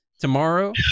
tomorrow